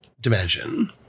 dimension